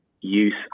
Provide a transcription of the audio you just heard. use